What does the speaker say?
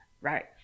Right